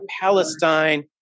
Palestine